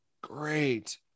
great